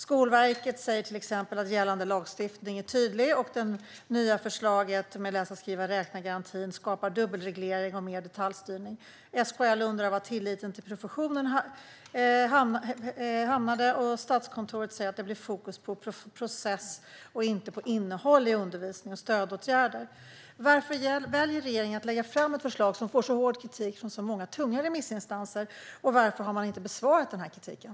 Skolverket säger till exempel att gällande lagstiftning är tydlig och att det nya förslaget om läsa-skriva-räkna-garantin skapar dubbelreglering och mer detaljstyrning. SKL undrar var tilliten till professionen hamnade, och Statskontoret säger att det blir fokus på process och inte på innehåll i undervisning och stödåtgärder. Varför väljer regeringen att lägga fram ett förslag som får så hård kritik från så tunga remissinstanser, och varför har man inte besvarat kritiken?